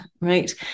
right